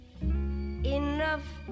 enough